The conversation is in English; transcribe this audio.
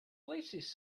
places